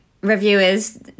reviewers